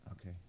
Okay